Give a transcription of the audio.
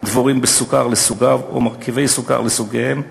דבורים בסוכר לסוגיו או במרכיבי סוכר לסוגיהם,